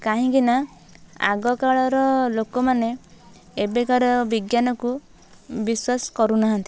କାହିଁକି ନା ଆଗକାଳର ଲୋକମାନେ ଏବେକାର ବିଜ୍ଞାନକୁ ବିଶ୍ୱାସ କରୁ ନାହାଁନ୍ତି